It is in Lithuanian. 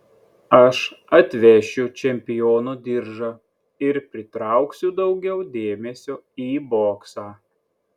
aš atvešiu čempiono diržą ir pritrauksiu daugiau dėmesio į boksą